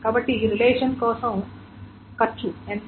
కాబట్టి రిలేషన్ కోసం ఖర్చు ఎంత